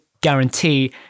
guarantee